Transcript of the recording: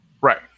Right